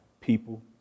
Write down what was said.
people